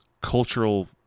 cultural